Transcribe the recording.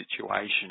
situation